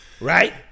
Right